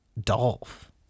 Dolph